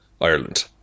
Ireland